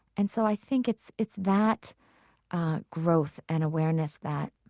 and so i think it's it's that ah growth and awareness that